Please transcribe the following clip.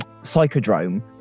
Psychodrome